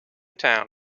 town